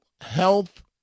health